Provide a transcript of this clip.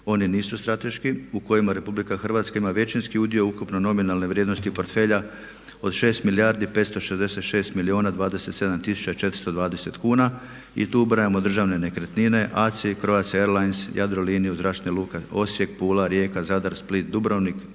oni nisu strateški u kojima Republika Hrvatska ima većinski udio ukupno nominalne vrijednosti portfelja od 6 milijardi 566 milijuna 27 tisuća 420 kuna i tu ubrajamo državne nekretnine, ACI, Croatia airlines, Jadroliniju, Zračne luke Osijek, Pula, Rijeka, Zadar, Split, Dubrovnik,